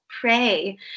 pray